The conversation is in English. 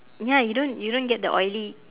ya you don't you don't get the oily